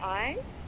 eyes